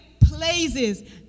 places